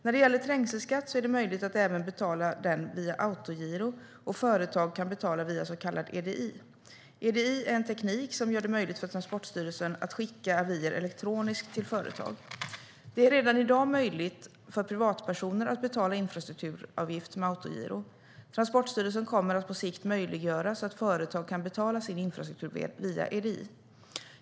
När det gäller trängselskatt är det möjligt att även betala den via autogiro, och företag kan betala via så kallad EDI. EDI är en teknik som gör det möjligt för Transportstyrelsen att skicka avier elektroniskt till företag. Det är redan i dag möjligt för privatpersoner att betala infrastrukturavgift med autogiro. Transportstyrelsen kommer på sikt att möjliggöra att företag kan betala sin infrastrukturavgift via EDI.